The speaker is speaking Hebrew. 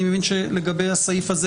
אני מבין שלגבי הסעיף הזה,